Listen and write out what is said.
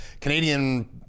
Canadian